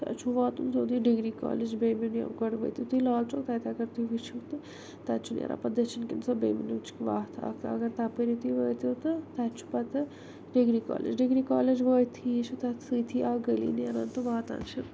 تۄہہِ چھو واتُن ضوٚروٗری ڈِگری کالج بیٚمیُن یہِ گۄڈٕ وٲتِو تُہۍ لالچوک اگر تُہۍ وٕچھِو تہٕ تتہ چھ نیران پَتہٕ دٔچھِن کِن سۄ بیٚمنِچ وتھ تتھ اگر تَپٲری تُہۍ وٲتِو تہٕ تتہِ چھُ پَتہٕ ڈِگری کالج ڈِگری کالج وٲتۍ تھی چھُ تتھ سۭتی اکھ گلی نیران تہٕ واتان چھِ